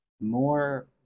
more